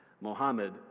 Mohammed